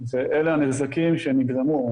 ואלה הנזקים שנגרמו.